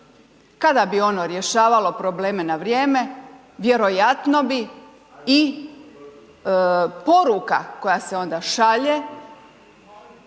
Kada bi ono rješavalo probleme na vrijeme, vjerojatno bi i poruka koja se onda šalje